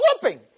flipping